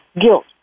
guilt